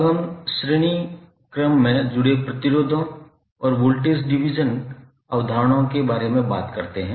अब हम श्रेणी प्रतिरोधों और वोल्टेज डिवीजन अवधारणाओं के बारे में बात करते हैं